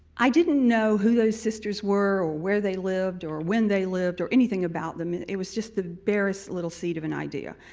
i didn't know who those sisters were or where they lived or when they lived or anything about them. it was just the barest little seed of an idea.